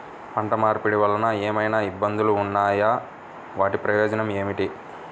పంట మార్పిడి వలన ఏమయినా ఇబ్బందులు ఉన్నాయా వాటి ప్రయోజనం ఏంటి?